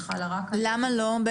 למה לא?